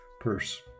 purse